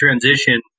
transition